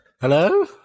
Hello